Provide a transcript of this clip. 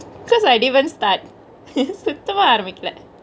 cause I didn't even start